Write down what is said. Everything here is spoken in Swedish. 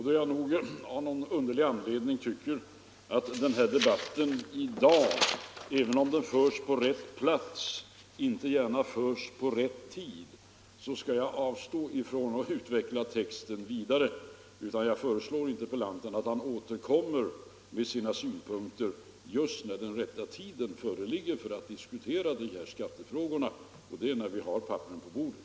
Då jag tycker att debatten i dag även om den förs på rätt plats inte förs på rätt tid, skall jag avstå från att utveckla texten vidare. Jag föreslår interpellanten att han återkommer med sina synpunkter just när den rätta tiden föreligger för att diskutera dessa skattefrågor. Det är när vi har papperen på bordet.